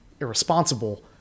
irresponsible